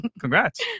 Congrats